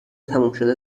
تمومشده